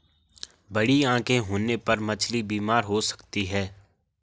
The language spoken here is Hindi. बड़ी आंखें होने पर मछली बीमार हो सकती है